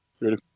Ready